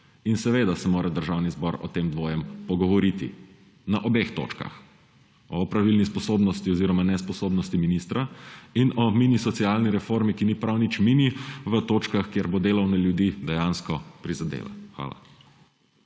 In seveda se mora Državni zbor o tem dvojem pogovoriti na obeh točkah, o opravilni sposobnosti oziroma nesposobnosti ministra in o mini socialni reformi, ki ni prav nič mini, v točkah, kjer bo delovne ljudi dejansko prizadela. Hvala.